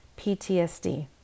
PTSD